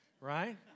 right